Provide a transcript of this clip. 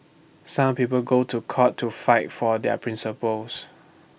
some people go to court to fight for their principles